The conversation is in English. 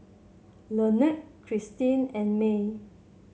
Lynette Christine and Mell